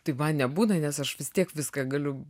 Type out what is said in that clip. tai man nebūna nes aš vis tiek viską galiu